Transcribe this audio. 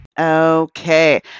Okay